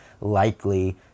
likely